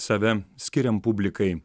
save skiriam publikai